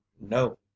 No